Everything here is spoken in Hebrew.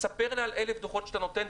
תספר לי על אלף דוחות שאתה נותן,